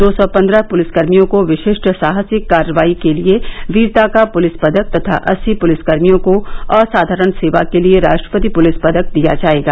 दो सौ पन्द्रह पुलिसकर्मियों को विशिष्ट साहसिक कार्यवाई के लिए वीरता का पुलिस पदक तथा अस्सी पुलिसकर्मियों को असाधारण सेवा के लिए राष्ट्रपति पुलिस पदक दिया जायेगा